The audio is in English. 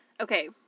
Okay